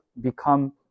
become